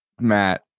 Matt